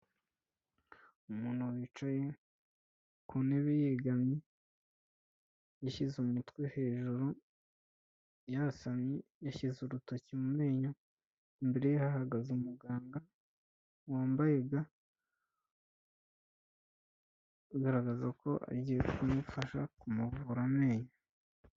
Umuntu wicaye ku ntebe yegamye, yashyize umutwe hejuru, yasamye yashyize urutoki mu menyo, imbere ye hagaze umuganga wambaye ga bigaragaza ko agiye kumufasha kumuvura amenyo.